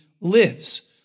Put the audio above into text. lives